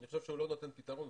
אני חושב שהוא לא נותן פתרון,